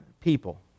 people